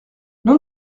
nom